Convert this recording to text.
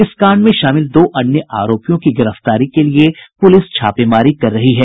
इस कांड में शामिल दो अन्य आरोपियों की गिरफ्तारी के लिए पुलिस छापेमारी कर रही है